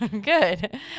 Good